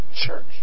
church